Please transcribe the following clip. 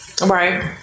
Right